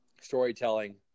storytelling